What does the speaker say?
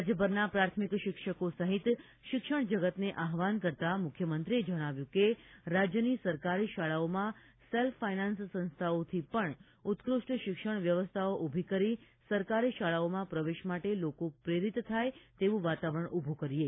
રાજ્યભરના પ્રાથમિક શિક્ષકો સહિત શિક્ષણ જગતને આહવાન કરતાં મુખ્યમંત્રી શ્રી એ જણાવ્યું કે રાજ્યની સરકારી શાળાઓમાં સેલ્ફ ફાયનાન્સ સંસ્થાઓથી પણ ઉત્કૃષ્ટ શિક્ષણ વ્યવસ્થાઓ ઊભી કરી સરકારી શાળાઓમાં પ્રવેશ માટે લોકો પ્રેરિત થાય તેવું વાતાવરણ ઊભું કરીએ